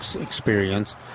experience